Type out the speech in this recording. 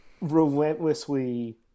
relentlessly